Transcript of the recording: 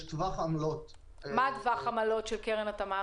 יש טווח עמלות --- מה טווח העמלות של קרן התמר?